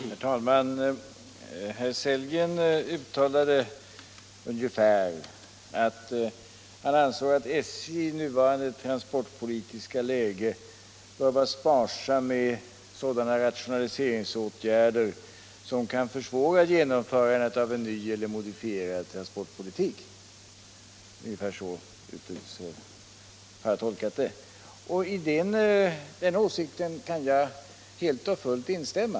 Herr talman! Jag tolkar herr Sellgrens uttalande ungefär så, att han anser att man inom SJ i nuvarande transportpolitiska läge bör vara återhållsam med sådana rationaliseringsåtgärder som kan försvåra genomförandet av en ny eller modifierad transportpolitik. I den åsikten kan jag helt och fullt instämma.